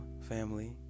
family